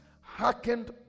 hearkened